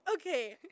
Okay